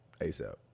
ASAP